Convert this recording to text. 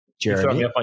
Jeremy